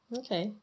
okay